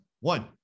One